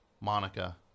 Monica